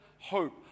hope